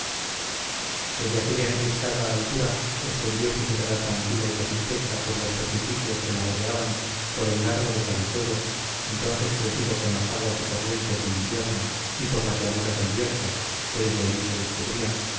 desde aquella enriscada altura extendió su mirada tranquila y satisfecha por los precipicios que la rodeaban por el lago de carucedo entonces crecido con las aguas y corrientes del invierno y por las llanuras del bierzo que desde allí se descubrían y